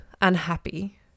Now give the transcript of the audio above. unhappy